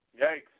Yikes